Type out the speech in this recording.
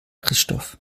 christoph